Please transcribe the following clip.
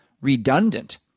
redundant